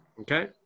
okay